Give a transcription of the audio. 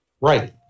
Right